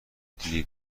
دیدی